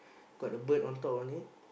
got the bird on top of it